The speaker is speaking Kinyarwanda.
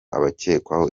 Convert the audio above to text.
abakekwaho